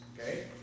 okay